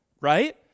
right